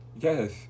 Yes